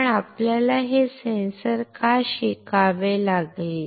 पण आपल्याला हे सेन्सर का शिकावे लागेल